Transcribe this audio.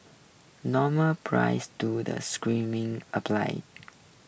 normal prices do the screenings apply